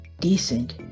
decent